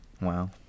Wow